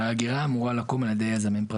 האגירה אמורה לקום על ידי יזמים פרטיים.